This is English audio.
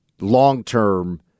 long-term